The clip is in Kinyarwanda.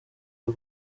iyo